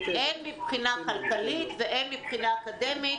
הן מבחינה כלכלית והן מבחינה אקדמית,